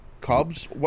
Cubs